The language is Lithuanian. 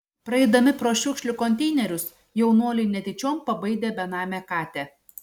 praeidami pro šiukšlių konteinerius jaunuoliai netyčiom pabaidė benamę katę